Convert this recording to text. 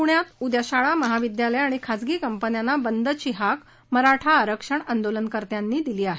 प्ण्यात उद्या शाळा महाविद्यालयं आणि खाजगी कंपन्यांना बंदची हाक मराठा आरक्षण आंदोलनकर्त्यांनी दिली आहे